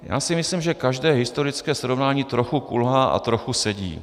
Já si myslím, že každé historické srovnání trochu kulhá a trochu sedí.